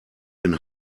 den